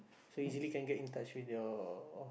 so easily can get in touch with your